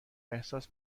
احساس